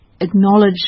acknowledge